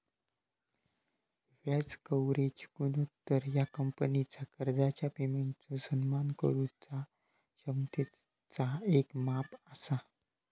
व्याज कव्हरेज गुणोत्तर ह्या कंपनीचा कर्जाच्या पेमेंटचो सन्मान करुचा क्षमतेचा येक माप असा